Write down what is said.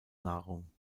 nahrung